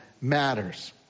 matters